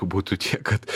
būtų tiek kad